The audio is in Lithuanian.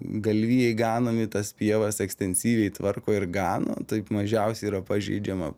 galvijai ganomi tas pievas ekstensyviai tvarko ir gano taip mažiausiai yra pažeidžiama